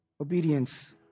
Obedience